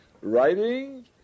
writing